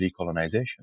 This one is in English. decolonization